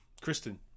Kristen